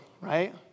right